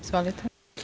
Izvolite.